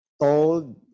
told